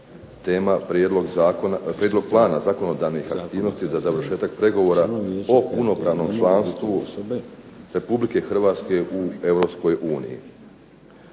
tema Prijedlog plana zakonodavnih aktivnosti za završetak pregovora o punopravnom članstvu Republike Hrvatske u